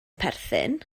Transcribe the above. perthyn